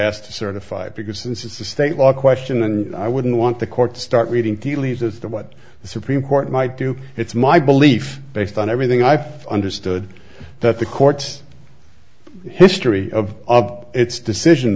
ask to certify it because this is a state law question and i wouldn't want the court to start reading tea leaves as to what the supreme court might do it's my belief based on everything i've understood that the court's history of its decision